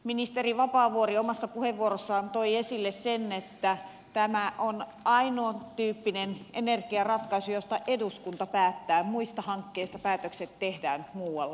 ministeri vapaavuori omassa puheenvuorossaan toi esille sen että tämä on ainoantyyppinen energiaratkaisu josta eduskunta päättää muista hankkeista päätökset tehdään muualla